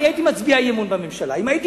אני הייתי מצביע אי-אמון בממשלה אם הייתי